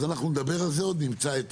אז אנחנו נדבר על זה עוד, ונמצא את